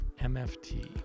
MFT